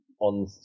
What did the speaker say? on